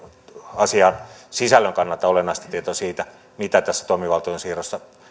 asian sisällön kannalta olennaista tietoa siitä mitä tässä toimivaltuuden siirrossa